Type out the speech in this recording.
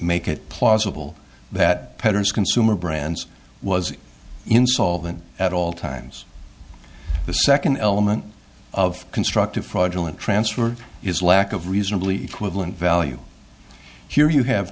make it plausible that consumer brands was insolvent at all times the second element of constructive fraudulent transfer is lack of reasonably equivalent value here you have